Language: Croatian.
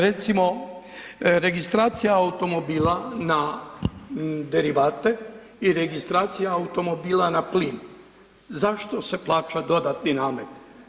Recimo, registracija automobila na derivate i registracija automobila na plin, zašto se plaća dodatni namet?